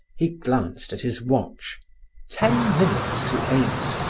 he glanced at his watch ten minutes to eight.